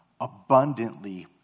abundantly